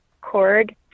cord